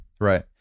right